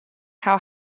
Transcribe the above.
how